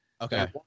okay